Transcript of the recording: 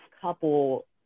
couple